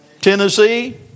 Tennessee